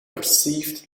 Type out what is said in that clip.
perceived